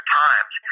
times